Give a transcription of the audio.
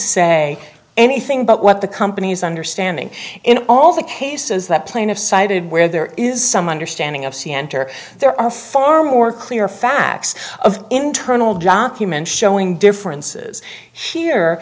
say anything but what the company's understanding in all the cases that plaintive cited where there is some understanding of c enter there are far more clear facts of internal document showing differences here